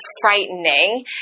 frightening